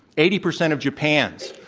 eighty percent of japan's,